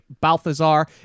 Balthazar